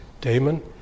Damon